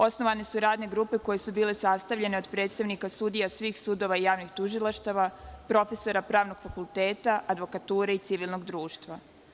Osnovane su radne grupe koje su bile sastavljane od predstavnike sudija svih sudova i javnih tužilaštava, profesora pravnog fakulteta, advokature i civilnog društva.